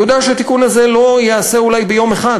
אני יודע שהתיקון הזה אולי לא ייעשה ביום אחד,